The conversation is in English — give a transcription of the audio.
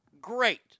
Great